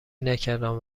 نکردم